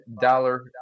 dollar